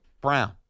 Brown